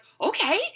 okay